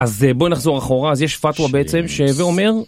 אז בוא נחזור אחורה, אז יש פטואה בעצם שהוה אומר...